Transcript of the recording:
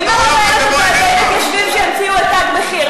מי מממן את ועדי המתיישבים שהמציאו את "תג מחיר"?